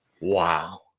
Wow